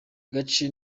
gace